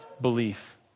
belief